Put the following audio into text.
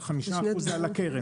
ה-5 אחוזים הם על הקרן.